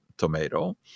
tomato